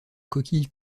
coquille